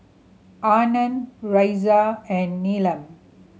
Anand Razia and Neelam